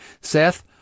Seth